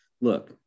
look